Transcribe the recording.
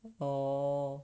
orh